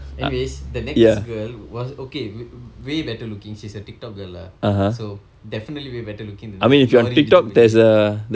anyways the next girl was okay way better looking she's a TikTok girl lah so definitely way better looking than the lorry இடிச்ச மூஞ்சி:idiccha munji